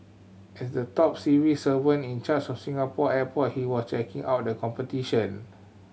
as the top civil servant in charge of Singapore airport he was checking out the competition